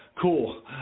cool